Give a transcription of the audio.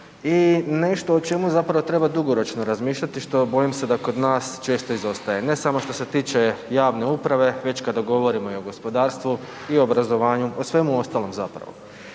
i nešto o čemu zapravo treba dugoročno razmišljati što bojim se da kod nas često izostaje, ne samo što se tiče javne uprave, već kada govorimo i o gospodarstvu i o obrazovanju i o svemu ostalom zapravo.